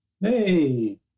Hey